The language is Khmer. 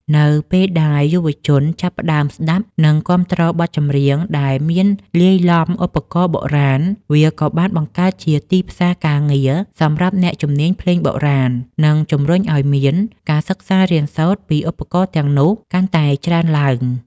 នៅពេលដែលយុវជនចាប់ផ្តើមស្តាប់ និងគាំទ្របទចម្រៀងដែលមានលាយឡំឧបករណ៍បុរាណ វាក៏បានបង្កើតជាទីផ្សារការងារសម្រាប់អ្នកជំនាញភ្លេងបុរាណ និងជំរុញឱ្យមានការសិក្សារៀនសូត្រពីឧបករណ៍ទាំងនោះកាន់តែច្រើនឡើង។